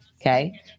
Okay